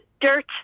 dirt –